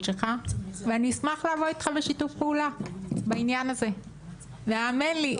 שלך ואני אשמח לעבוד איתך בשיתוף פעולה בעניין הזה והאמן לי,